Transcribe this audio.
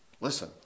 Listen